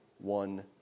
one